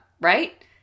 right